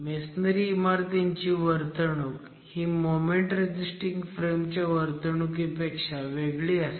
masonry इमारतींची वर्तणूक ही मोमेंट रेझिस्टिंग फ्रेम च्या वर्तणुकीपेक्षा वेगळी असते